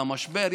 למשבר,